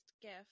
gift